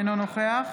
אינו נוכח